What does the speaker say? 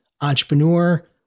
Entrepreneur